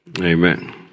Amen